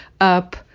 up